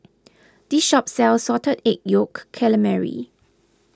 this shop sells Salted Egg Yolk Calamari